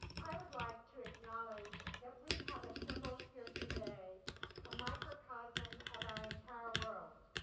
i would like to acknowledge that we have assembled here today a microcosm of our entire world.